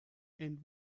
and